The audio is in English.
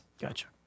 Gotcha